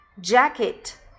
Jacket